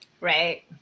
Right